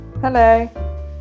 Hello